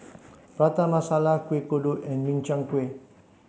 Prata Masala Kueh Kodok and Min Chiang Kueh